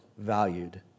Valued